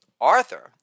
Arthur